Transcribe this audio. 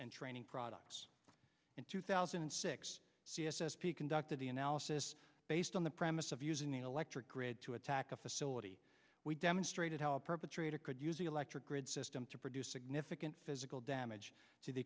and training products in two thousand and six c s s p conducted the analysis based on the of using the electric grid to attack a facility we demonstrated how a perpetrator could use the electric grid system to produce significant physical damage to the